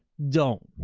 don't,